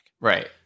Right